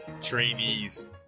Trainees